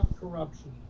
corruption